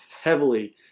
heavily